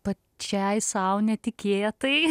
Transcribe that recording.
pačiai sau netikėtai